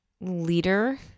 leader